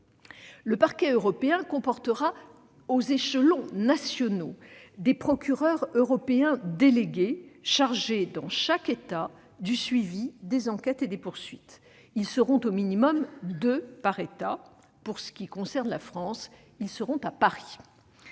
Le Parquet européen comportera aux échelons nationaux des procureurs européens délégués chargés, dans chaque État, du suivi des enquêtes et des poursuites. Ils seront au minimum deux par État. Pour ce qui concerne la France, ils seront à Paris.